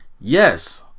yes